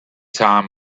time